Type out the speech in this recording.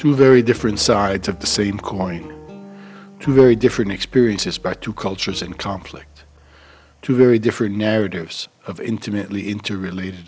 two very different sides of the same coin two very different experiences by two cultures in conflict two very different narratives of intimately into related